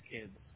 kids